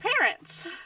parents